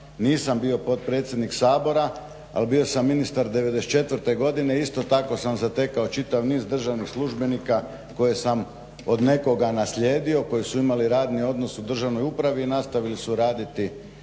nisam bio potpredsjednik Sabora. Ali bio sam ministar '94. godine. Isto tako sam zatekao čitav niz državnih službenika koje sam od nekoga naslijedio, koji su imali radni odnos u državnoj upravi i nastavili su raditi